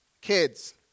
Kids